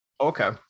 Okay